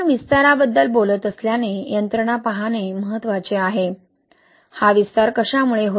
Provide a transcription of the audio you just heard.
आपण विस्ताराबद्दल बोलत असल्याने यंत्रणा पाहणे महत्त्वाचे आहे हा विस्तार कशामुळे होतो